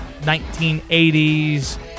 1980s